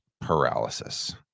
paralysis